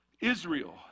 Israel